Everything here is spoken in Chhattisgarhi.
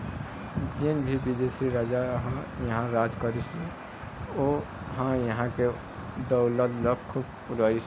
जेन भी बिदेशी राजा ह इहां राज करिस ओ ह इहां के दउलत ल खुब बउरिस